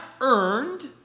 earned